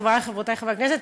חברי וחברותי חברי הכנסת,